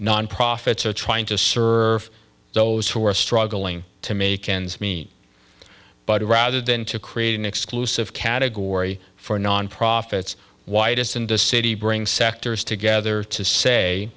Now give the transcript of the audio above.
nonprofits are trying to serve those who are struggling to make ends meet but rather than to create an exclusive category for nonprofits why it isn't a city bring sectors together to say